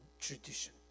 tradition